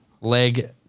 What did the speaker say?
leg